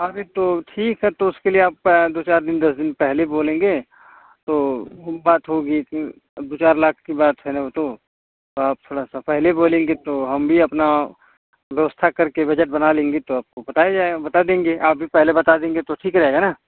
अभी तो ठीक है तो उसके लिए आप दो चार दिन दस दिन पहले बोलेंगे तो बात होगी फिर अब दो चार लाख की बात है न वो तो आप थोड़ा सा पहले बोलेंगे तो हम भी अपना व्यवस्था करके बजट बना लेंगे तो आपको बताया जाएगा बात देंगे आप भी पहले बता देंगे तो ठीक रहेगा न